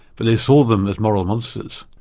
but they saw them as moral monsters,